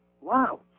Wow